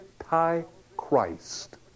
Antichrist